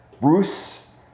Bruce